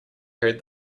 heard